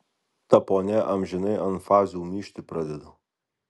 ta ponia amžinai ant fazių myžti pradeda